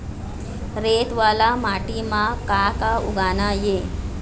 रेत वाला माटी म का का उगाना ये?